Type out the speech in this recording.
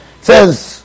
says